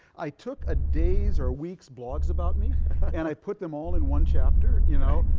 i took a days or weeks blogs about me and i put them all in one chapter you know,